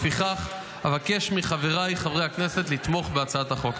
לפיכך, אבקש מחבריי חברי הכנסת לתמוך בהצעת החוק.